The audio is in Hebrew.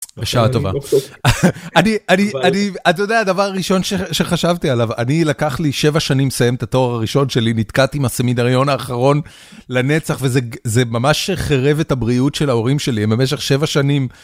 בשעה טובה. אני אני אני אתה יודע הדבר הראשון שחשבתי עליו אני לקח לי 7 שנים לסיים את התואר הראשון שלי. נתקעתי עם הסמינריון האחרון לנצח וזה זה ממש חירב את הבריאות של ההורים שלי במשך 7 שנים.